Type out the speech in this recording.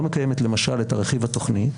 לא מקיימת למשל את הרכיב התוכני,